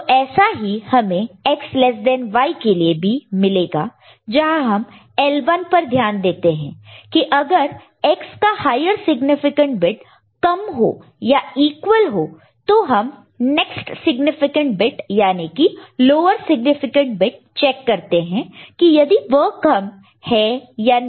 तो ऐसा ही हमें X लेस देन Y के लिए मिलेगा जहां हम L1 पर ध्यान देते हैं की अगर X का हायर सिग्निफिकेंट बिट कम हो या इक्वल हो तो हम नेक्स्ट सिग्निफिकेंट बिट यानी कि लोअर सिग्निफिकेंटबिट चेक करते हैं कि यदि वह कम है या नहीं